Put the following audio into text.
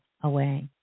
away